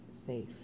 safe